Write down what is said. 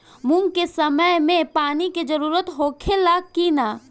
मूंग के समय मे पानी के जरूरत होखे ला कि ना?